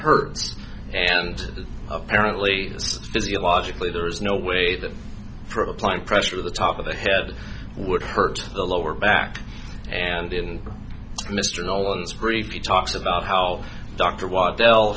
hurts and apparently physiologically there is no way that for applying pressure of the top of the head would hurt the lower back and in mr nolan's brief he talks about how dr waddell